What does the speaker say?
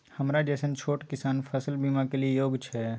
हमरा जैसन छोट किसान फसल बीमा के लिए योग्य छै?